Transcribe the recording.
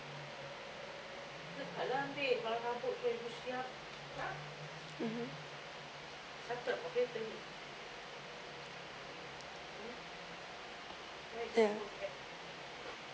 ya